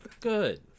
Good